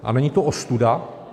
A není to ostuda?